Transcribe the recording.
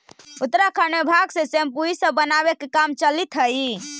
उत्तराखण्ड में भाँग से सेम्पू इ सब बनावे के काम चलित हई